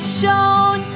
shown